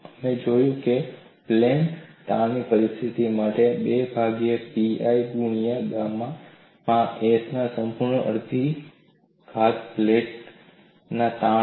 અમે જોયું છે કે પ્લેન તાણની પરિસ્થિતિ માટે 2 ભાગ્યા pi ગુણ્યા E ગુણ્યા ગામામાં s સંપૂર્ણ અડધી ઘાત પ્લેન તાણ